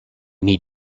need